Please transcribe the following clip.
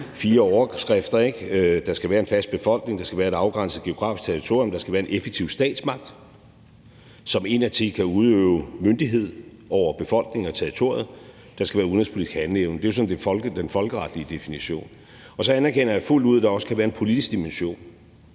fire overskrifter, ikke? Der skal være en fast befolkning; der skal være et afgrænset geografisk territorium; der skal være en effektiv statsmagt, som indadtil kan udøve myndighed over befolkningen og territoriet; og der skal være udenrigspolitisk handleevne. Det er jo sådan den folkeretlige definition. Og så anerkender jeg fuldt ud, at der også kan være en politisk dimension.